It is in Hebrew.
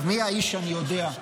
מי האיש אני יודע,